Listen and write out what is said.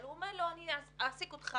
אבל הוא אומר לו: אני אעסיק אותך,